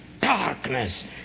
darkness